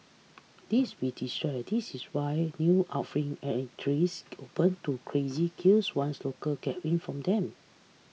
lest we destroy this is why open to crazy queues once local get wind of them